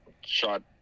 Shot